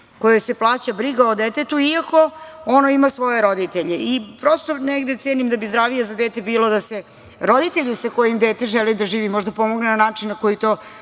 kojoj se plaća briga o detetu, iako ono ima svoje roditelje. Prosto, negde cenim da bi zdravije za dete bilo da se roditelju sa kojim dete želi da živi možda pomogne na način na koji to